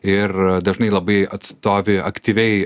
ir dažnai labai atstovi aktyviai